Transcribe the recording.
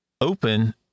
open